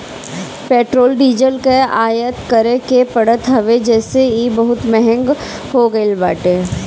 petrol diesel कअ आयात करे के पड़त हवे जेसे इ बहुते महंग हो गईल बाटे